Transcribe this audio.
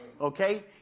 Okay